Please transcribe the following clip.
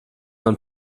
man